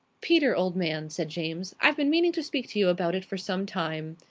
peter, old man, said james, i've been meaning to speak to you about it for some time.